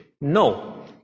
No